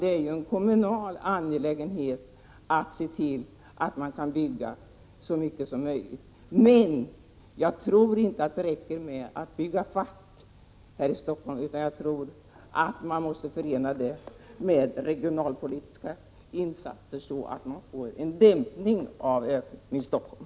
Det är ju en kommunal angelägenhet att se till att så mycket som möjligt byggs. Jag tror dock inte att det räcker att bygga i fatt här i Stockholm, utan jag tror att man också måste förena byggandet med regionalpolitiska insatser för att dämpa utvecklingen i Stockholm.